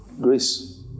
Grace